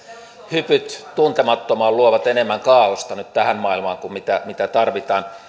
hypyt tuntemattomaan luovat nyt enemmän kaaosta tähän maailmaan kuin mitä mitä tarvitaan